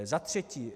Za třetí.